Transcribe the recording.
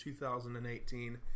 2018